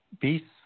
beasts